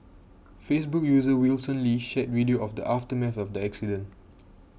Facebook user Wilson Lee shared video of the aftermath of the accident